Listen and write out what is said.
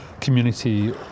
community